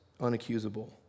unaccusable